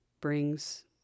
brings